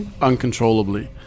uncontrollably